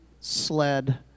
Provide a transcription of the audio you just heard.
sled